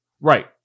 Right